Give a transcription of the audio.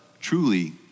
truly